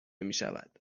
میشود